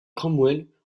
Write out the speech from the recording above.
cromwell